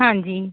ਹਾਂਜੀ